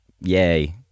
Yay